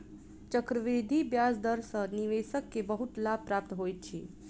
चक्रवृद्धि ब्याज दर सॅ निवेशक के बहुत लाभ प्राप्त होइत अछि